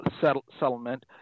settlement